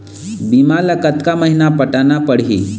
बीमा ला कतका महीना पटाना पड़ही?